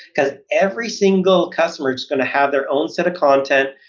because every single customer is going to have their own set of content,